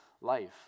life